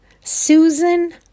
Susan